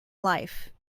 life